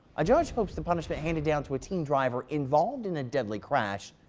a judge hopes the punishment handed down to a teen driver involved in a deadly crash.